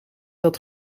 dat